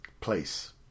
Place